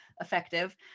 effective